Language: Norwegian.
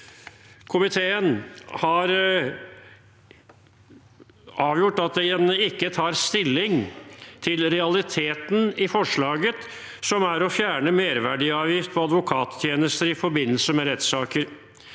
Komiteen har avgjort at den ikke tar stilling til realiteten i forslaget, som er å fjerne merverdiavgift på advokattjenester i forbindelse med rettssaker.